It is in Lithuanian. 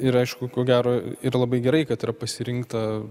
ir aišku ko gero yra labai gerai kad yra pasirinkta